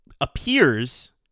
appears